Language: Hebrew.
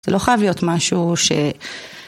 זה לא חייב להיות משהו ש...